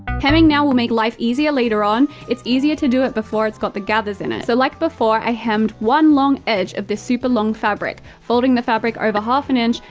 hemming now will make life easier later on, it's easier to do it before it's got the gathers in it. so like before, i hemmed one long edge of this super long fabric, folding the fabric over half an inch,